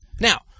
Now